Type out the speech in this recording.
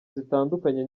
zitandukanye